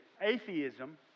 atheism